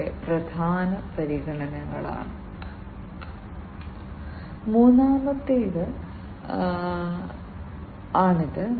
ഈ സാമ്പ്രദായിക സെൻസറുകൾ ഞാൻ പറഞ്ഞതു പോലെ തന്നെ ഉണ്ടായിരുന്നു